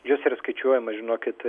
jos yra skaičiuojamos žinokit